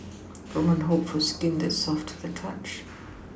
woman hope for skin that is soft to the touch